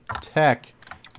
Tech